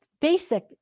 basic